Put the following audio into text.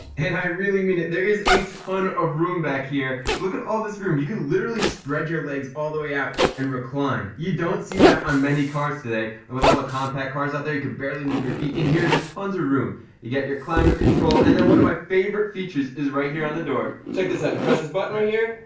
and i really mean it. there is a ton of room back here look at all this room. you can literally spread your legs all the way out and recline you don't see that on many cars today and with all the compact cars out there. you can barely move your feet in here there's tons of room you get your climate control. and then one of my favorite features is right here on the door check this out. you press this button right here.